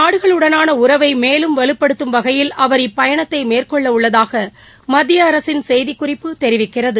நாடுகளுடனான உறவை மேலும் வலுப்படுத்தும் வகையில் இப்பயணத்தை இந்த அவர் மேற்கொள்ளவுள்ளதாக மத்திய அரசின் செய்திக்குறிப்பு தெரிவிக்கிறது